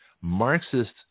Marxist